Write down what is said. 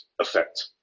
effect